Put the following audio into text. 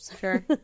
Sure